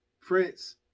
Prince